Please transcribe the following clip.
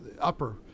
upper